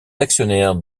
actionnaires